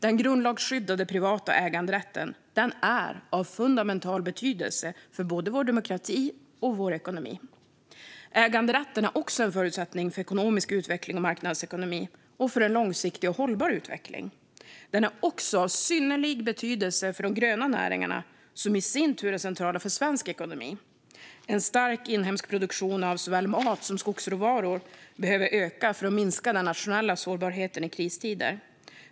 Den grundlagsskyddade privata äganderätten är av fundamental betydelse för både vår demokrati och vår ekonomi. Äganderätten är också en förutsättning för ekonomisk utveckling och marknadsekonomi samt för en långsiktig och hållbar utveckling. Den är även av synnerlig betydelse för de gröna näringarna, som i sin tur är centrala för svensk ekonomi. Den inhemska produktionen av mat och skogsråvaror behöver förstärkas och öka för att minska den nationella sårbarheten i kristider.